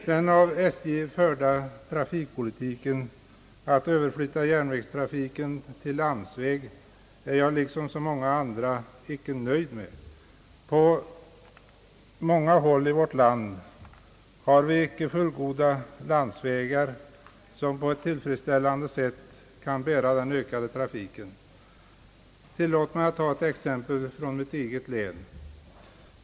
Den av SJ förda trafikpolitiken att överflytta järnvägstrafiken till landsväg är jag liksom så många andra icke nöjd med. På många håll i vårt land finns icke fullgoda landsvägar som på ett tillfredsställande sätt kan bära den ökade trafiken. Tillåt mig att ta ett exempel från mitt eget län.